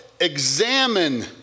examine